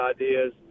ideas